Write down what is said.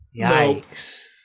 Yikes